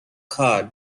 card